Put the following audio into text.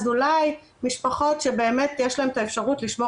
אז אולי משפחות שבאמת יש להן את האפשרות לשמור